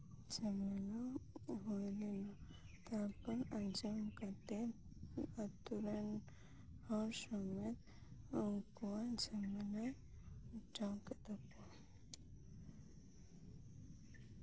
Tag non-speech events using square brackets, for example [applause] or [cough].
ᱡᱷᱟᱢᱮᱞᱟ ᱦᱳᱭ ᱞᱮᱱᱟ [unintelligible] ᱛᱟᱨᱯᱚᱨ ᱟᱸᱡᱚᱢ ᱠᱟᱛᱮ ᱟᱛᱳ ᱨᱮᱱ ᱦᱚᱲ ᱥᱚᱢᱮᱛ ᱩᱱᱠᱩᱣᱟᱜ ᱡᱷᱟᱢᱮᱞᱟᱭ ᱢᱮᱴᱟᱣ ᱠᱮᱫ ᱛᱟᱠᱚᱣᱟ